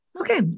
Okay